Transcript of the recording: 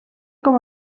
com